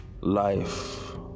life